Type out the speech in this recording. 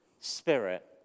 spirit